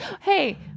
hey